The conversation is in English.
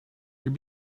your